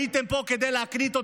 הייתם פה כדי להקניט אותנו,